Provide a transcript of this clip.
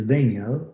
Daniel